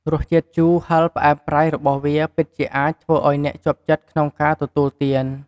រសជាតិជូរ ហឹរ ផ្អែម ប្រៃ របស់វាពិតជាអាចធ្វើឱ្យអ្នកជាប់ចិត្តក្នុងការទទួលទាន។